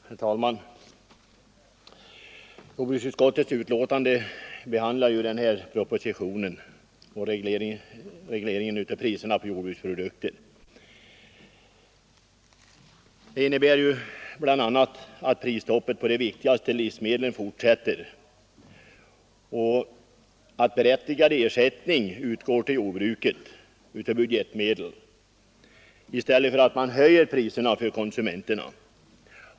Herr talman! I jordbruksutskottets betänkande nr 29 behandlas propositionen om reglering av priserna på jordbruksprodukter. I propositionen föreslås bl.a. att prisstoppet på de viktigaste livsmedlen skall fortsätta och att berättigad ersättning till jordbruket skall utgå av budgetmedel och inte genom prishöjning för konsumenterna.